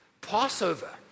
Passover